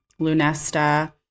Lunesta